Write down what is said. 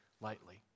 lightly